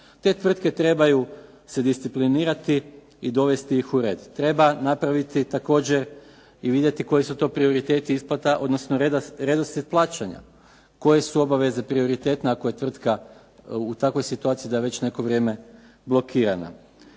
Te tvrtke trebaju se disciplinirati i dovesti ih u red. Treba napraviti također i vidjeti koji su to prioriteti isplata, odnosno redoslijed plaćanja. Koje su obaveze prioritetne ako je tvrtka u takvoj situaciji da je već neko vrijeme blokirana.